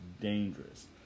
dangerous